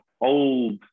old